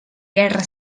guerra